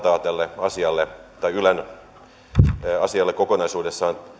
tälle ylen asialle kokonaisuudessaan